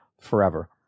forever